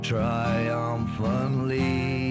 triumphantly